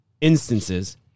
instances